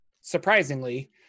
surprisingly